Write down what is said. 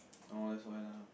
orh that's why lah